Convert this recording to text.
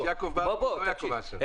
יש יעקב מרגי, לא יעקב אשר.